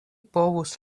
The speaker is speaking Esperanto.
povus